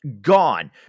gone